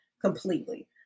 Completely